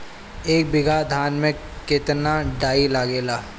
एक बीगहा धान में केतना डाई लागेला?